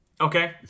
okay